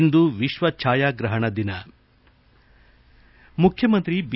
ಇಂದು ವಿಶ್ವ ಛಾಯಾಗ್ರಹಣ ದಿನ ಮುಖ್ಯಮಂತ್ರಿ ಬಿ